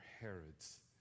herods